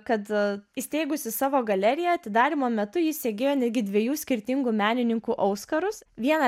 kad įsteigusi savo galeriją atidarymo metu ji segėjo netgi dviejų skirtingų menininkų auskarus vieną